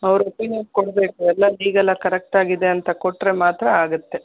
ಅವ್ರ ಒಪಿನಿಯನ್ ಕೊಡಬೇಕು ಎಲ್ಲ ಲೀಗಲಾಗಿ ಕರೆಕ್ಟಾಗಿದೆ ಅಂತ ಕೊಟ್ಟರೆ ಮಾತ್ರ ಆಗುತ್ತೆ